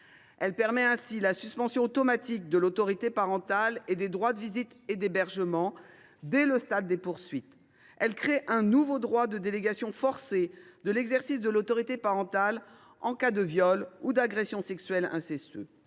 Elle permet ainsi la suspension automatique de l’exercice de l’autorité parentale et des droits de visite et d’hébergement dès le stade des poursuites ; elle crée un nouveau cas de délégation forcée de l’exercice de l’autorité parentale en cas de viol ou d’agression sexuelle incestueux